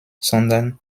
sondern